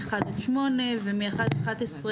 אחד-שמונה ומאחד-11,